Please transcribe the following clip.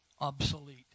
obsolete